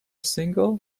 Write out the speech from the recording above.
single